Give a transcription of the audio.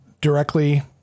directly